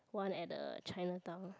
one at the chinatown